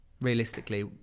Realistically